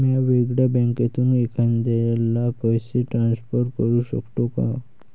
म्या वेगळ्या बँकेतून एखाद्याला पैसे ट्रान्सफर करू शकतो का?